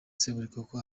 seburikoko